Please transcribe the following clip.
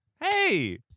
Hey